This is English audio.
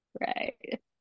right